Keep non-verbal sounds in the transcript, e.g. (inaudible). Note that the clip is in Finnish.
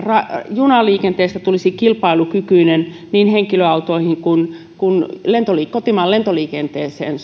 junaliikenteestä tulisi kilpailukykyinen suhteessa niin henkilöautoihin kuin kotimaan lentoliikenteeseen (unintelligible)